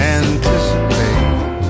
anticipate